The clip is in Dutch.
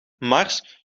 mars